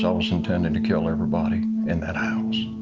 so was intending to kill everybody in that house.